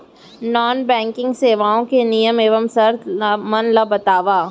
non banking सेवाओं के नियम एवं शर्त मन ला बतावव